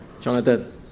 Jonathan